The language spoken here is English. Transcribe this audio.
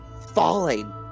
falling